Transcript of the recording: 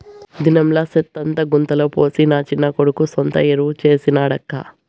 దినంలా సెత్తంతా గుంతల పోసి నా చిన్న కొడుకు సొంత ఎరువు చేసి నాడక్కా